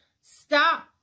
stop